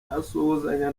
asuhuzanya